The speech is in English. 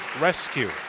rescue